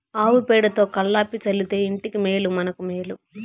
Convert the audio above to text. ఆవు పేడతో కళ్లాపి చల్లితే ఇంటికి మేలు మనకు మేలు